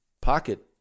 pocket